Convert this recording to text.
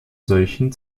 solchen